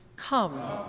Come